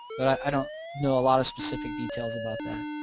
but i don't know a lot of specific details about that.